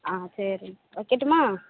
ஆ சரி வைக்கட்டுமா